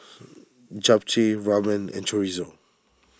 Japchae Ramen and Chorizo